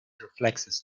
reflexes